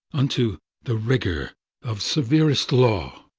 unto the rigour of severest law.